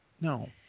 No